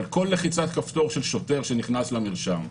אבל כל לחיצת כפתור של שוטר שנכנס למרשם,